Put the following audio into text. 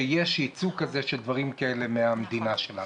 שיש ייצוא כזה של דברים כאלה מהמדינה שלנו.